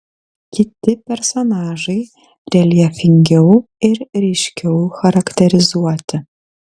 kiti personažai reljefingiau ir ryškiau charakterizuoti